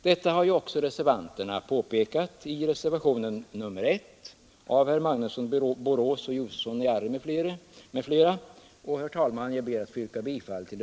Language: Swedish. Detta har också reservanterna påpekat i reservationen 1 av herr Magnusson i Borås m.fl., till vilken jag yrkar bifall.